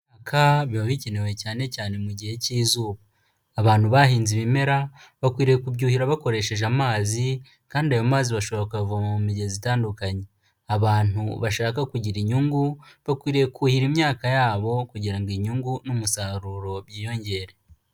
Biba bikenewe cyane cyane mu gihe cy'izuba, abantu bahinze ibimera bakwiriye kubyuhira bakoresheje amazi kandi ayo mazi bashobora kuyavoma mu migezi itandukanye, abantu bashaka kugira inyungu bakwiriye kuhira imyaka yabo kugira ngo inyungu n'umusaruro byiyongere.